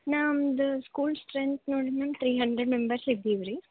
ನಮ್ದು school strength ನೋಡಿ ma'am three hundred members ಇದ್ದೀವ್ರಿ